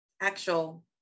actual